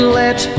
let